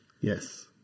Yes